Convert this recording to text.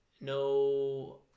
no